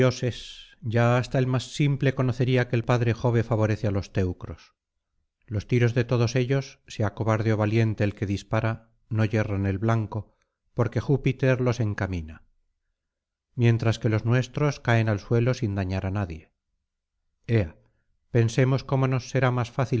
ya hasta el más simple conocería que el padre jove favorece á los teucros los tiros de todos ellos sea cobarde ó valiente el que dispara no yerran el blanco porque júpiter los encamina mientras que los nuestros caen al suelo sin dañar á nadie ea pensemos cómo nos será más fácil